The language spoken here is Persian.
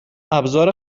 ابزار